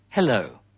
Hello